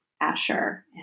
Asher